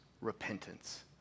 repentance